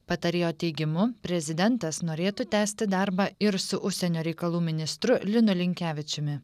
patarėjo teigimu prezidentas norėtų tęsti darbą ir su užsienio reikalų ministru linu linkevičiumi